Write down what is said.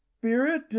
Spirit